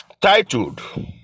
titled